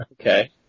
Okay